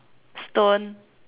stone